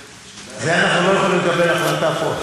על זה אנחנו לא יכולים לקבל החלטה פה.